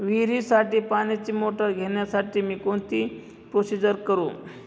विहिरीसाठी पाण्याची मोटर घेण्यासाठी मी कोणती प्रोसिजर करु?